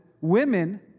women